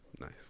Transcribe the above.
Nice